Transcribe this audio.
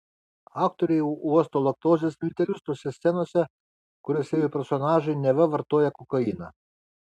aktoriai uosto laktozės miltelius tose scenose kuriose jų personažai neva vartoja kokainą